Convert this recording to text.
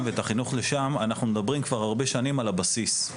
ואת החינוך לשם אנחנו מדברים כבר הרבה שנים על הבסיס.